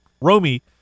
Romy